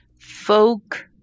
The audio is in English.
folk